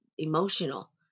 Emotional